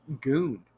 goon